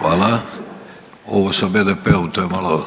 Hvala. Ovo sa BDP-om to je malo,